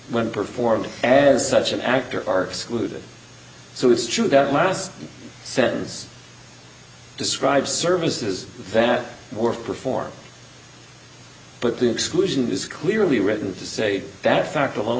when performed as such an actor are excluded so it's true that last sentence describes services that were performed but the exclusion is clearly written to say that fact alone